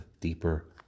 deeper